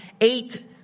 eight